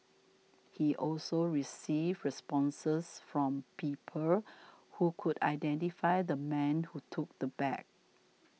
he also received responses from people who could identify the man who took the bag